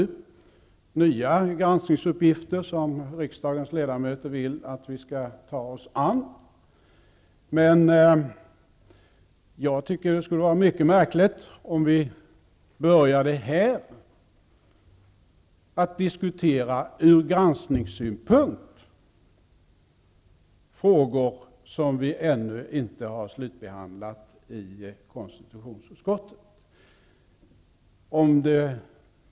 Det är nya granskningsuppgifter som riksdagens ledamöter vill att vi skall ta oss an. Jag tycker att det vore mycket märkligt om vi började att här diskutera frågor från granskningssynpunkt, vilka ännu inte är slutbehandlade i konstitutionsutskottet.